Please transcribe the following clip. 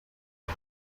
این